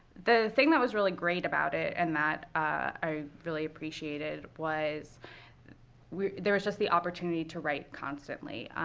the thing that was really great about it and that i really appreciated was was there was just the opportunity to write constantly.